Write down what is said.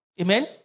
Amen